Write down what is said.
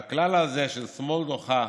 והכלל הזה של שמאל דוחה